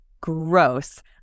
gross